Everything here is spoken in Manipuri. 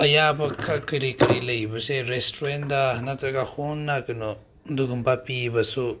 ꯑꯌꯥꯕ ꯈꯔ ꯀꯔꯤ ꯀꯔꯤ ꯂꯩꯕꯁꯦ ꯔꯦꯁꯇꯨꯔꯦꯟꯗ ꯅꯠꯇ꯭ꯔꯒ ꯍꯣꯡꯅ ꯀꯩꯅꯣ ꯑꯗꯨꯒꯨꯝꯕ ꯄꯤꯕꯁꯨ